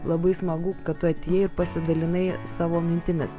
labai smagu kad tu atėjai ir pasidalinai savo mintimis